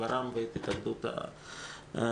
ור"מ ואת התאחדות הסטודנטים.